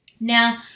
Now